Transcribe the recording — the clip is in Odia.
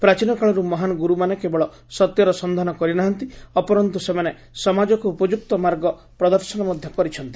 ପ୍ରାଚୀନ କାଳରୁ ମହାନ ଗୁରୁମାନେ କେବଳ ସତ୍ୟର ସନ୍ଧାନ କରିନାହାନ୍ତି ଅପରନ୍ତୁ ସେମାନେ ସମାଜକୁ ଉପଯୁକ୍ତ ମାର୍ଗ ପ୍ରଦର୍ଶନ ମଧ୍ଧ କରିଛନ୍ତି